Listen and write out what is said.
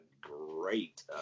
great